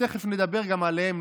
שתכף נדבר גם עליהם,